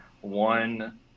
one